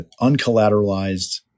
uncollateralized